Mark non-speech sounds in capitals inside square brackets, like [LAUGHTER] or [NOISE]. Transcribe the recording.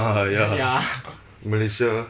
[LAUGHS] ya malaysia